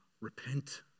repent